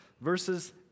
verses